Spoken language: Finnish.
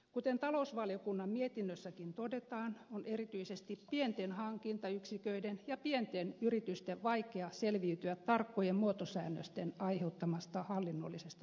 kuten talousvaliokunnan mietinnössäkin todetaan on erityisesti pienten hankintayksiköiden ja pienten yritysten vaikea selviytyä tarkkojen muotosäännösten aiheuttamasta hallinnollisesta taakasta